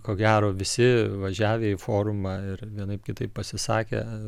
ko gero visi važiavę į forumą ir vienaip kitaip pasisakė